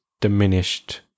diminished